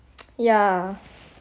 yeah